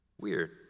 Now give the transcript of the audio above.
weird